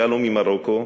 שעלו ממרוקו,